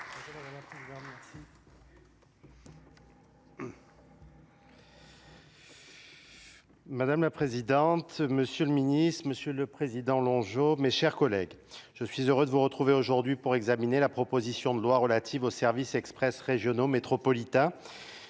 M. le Président le ministre, M. le Président Longo, mes chers collègues, je suis heureux de vous retrouver aujourd'hui pour examiner la proposition de loi relative aux services express régionaux métropolitains